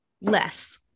less